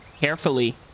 carefully